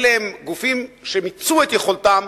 אלה גופים שמיצו את יכולתם,